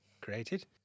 created